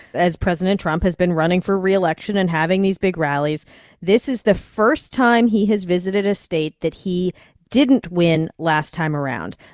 as president trump has been running for re-election and having these big rallies this is the first time he has visited a state that he didn't win last time around.